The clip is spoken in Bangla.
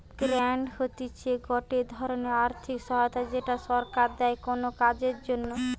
গ্রান্ট হতিছে গটে ধরণের আর্থিক সহায়তা যেটা সরকার দেয় কোনো কাজের জন্যে